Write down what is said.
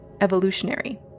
evolutionary